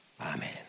Amen